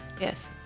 Yes